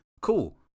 cool